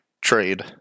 trade